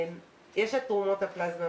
יש את תרומות הפלזמה.